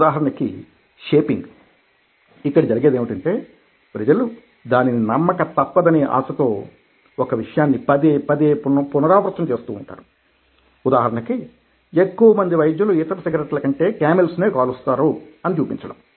ఉదాహరణకి షేపింగ్ ఇక్కడ జరిగేది ఏమిటంటే ప్రజలు దానిని నమ్మక తప్పదనే ఆశతో ఒక విషయాన్ని పదే పదే పునరావృతం చేస్తూ ఉంటారు ఉదాహరణకి ఎక్కువమంది వైద్యులు ఇతర సిగరెట్ల కంటే కేమెల్స్నే కాలుస్తారు అని చూపించడం